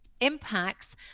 impacts